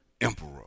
emperor